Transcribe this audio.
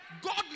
God